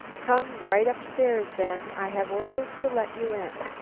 come right up stairs then, i have orders to let you in.